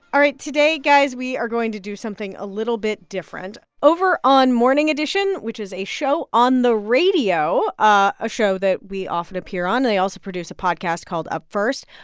all right. today, guys, we are going to do something a little bit different. over on morning edition, which is a show on the radio ah a show that we often appear on. they also produce a podcast called up first.